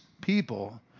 people